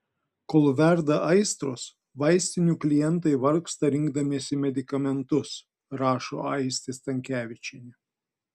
kol verda aistros vaistinių klientai vargsta rinkdamiesi medikamentus rašo aistė stankevičienė